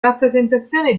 rappresentazione